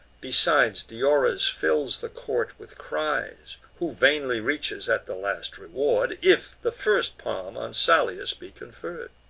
besides, diores fills the court with cries, who vainly reaches at the last reward, if the first palm on salius be conferr'd.